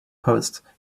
post